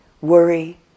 worry